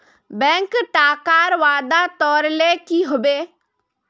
bank टाकार वादा तोरले कि हबे